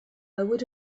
would